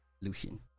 Lucian